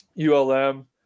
ULM